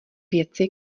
věci